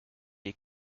est